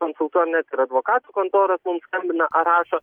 konsultuojam net ir advokatų kontoros mums skambina ar rašo